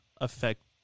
affect